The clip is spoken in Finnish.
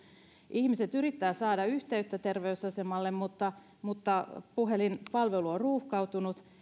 ihmiset yrittävät saada yhteyttä terveysasemalle mutta mutta puhelinpalvelu on ruuhkautunut